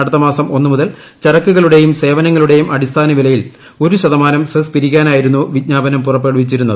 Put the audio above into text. അടുത്തമാസം ഒന്നുമുതൽ ചരക്കുകളുടെയും ഉസ്പുന്ങ്ങളുടെയും അടിസ്ഥാനവിലയിൽ ഒരു ശതമാനം സെസ്സ് പിരിക്കാനായിരുന്നു വിജ്ഞാപനം പുറപ്പെടുവിച്ചിരുന്നത്